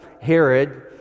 Herod